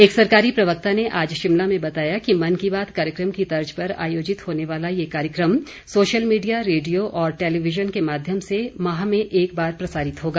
एक सरकारी प्रवक्ता ने आज शिमला में बताया कि मन की बात कार्यक्रम की तर्ज पर आयोजित होने वाला ये कार्यक्रम सोशल मीडिया रेडियो और टेलीविजन के माध्यम से माह में एक बार प्रसारित होगा